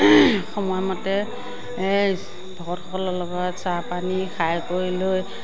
সময়মতে ভকতসকলৰ লগত চাহ পানী খাই কৰি লৈ